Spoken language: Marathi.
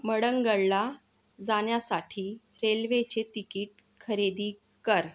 मंडणगडला जाण्यासाठी रेल्वेचे तिकीट खरेदी कर